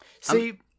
See